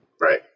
Right